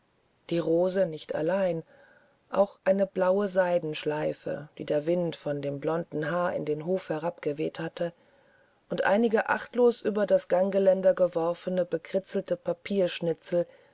die rose nicht allein auch eine blaue seidenschleife die der wind von dem blonden haar in den hof herabgeweht hatte und einige achtlos über das ganggeländer geworfene bekritzelte papierschnitzel